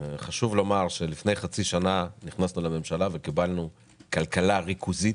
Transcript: חשוב לומר שלפני חצי שנה נכנסנו לממשלה וקיבלנו כלכלה ריכוזית